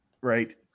right